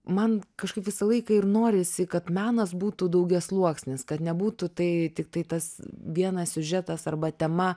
man kažkaip visą laiką ir norisi kad menas būtų daugiasluoksnis kad nebūtų tai tiktai tas vienas siužetas arba tema